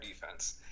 defense